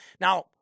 Now